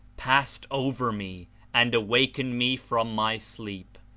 passed over me and awakened me from my sleep,